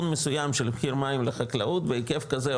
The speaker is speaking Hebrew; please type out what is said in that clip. מסוים של מחיר מים לחקלאות בהיקף כזה,